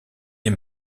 des